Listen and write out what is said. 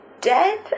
dead